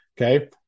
Okay